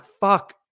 fuck